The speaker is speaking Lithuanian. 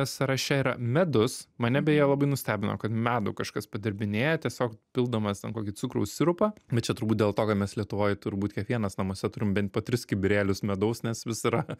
sąraše yra medus mane beje labai nustebino kad medų kažkas padirbinėja tiesiog pildomas ten kokį cukraus sirupą bet čia turbūt dėl to kad mes lietuvoj turbūt kiekvienas namuose turim bent po tris kibirėlius medaus nes vis yra